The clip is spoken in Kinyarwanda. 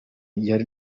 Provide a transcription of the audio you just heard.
gihari